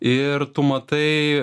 ir tu matai